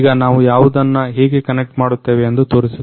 ಈಗ ನಾವು ಯಾವುದನ್ನ ಹೇಗೆ ಕನೆಕ್ಟ್ ಮಾಡುತ್ತೇವೆ ಎಂದು ತೋರಿಸುತ್ತೇವೆ